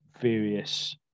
various